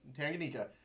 Tanganyika